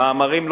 מאמרים,